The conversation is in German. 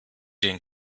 den